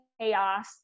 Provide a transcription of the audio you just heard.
chaos